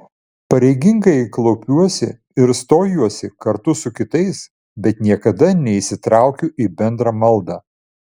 pareigingai klaupiuosi ir stojuosi kartu su kitais bet niekada neįsitraukiu į bendrą maldą